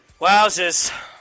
Wowzers